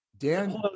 Dan